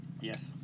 Yes